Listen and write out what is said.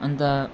अन्त